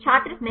छात्र नहीं